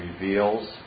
reveals